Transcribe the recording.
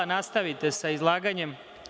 Nastavite sa izlaganjem.